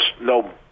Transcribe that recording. no